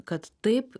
kad taip